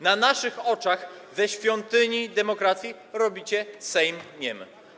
Na naszych oczach ze świątyni demokracji robicie Sejm niemy.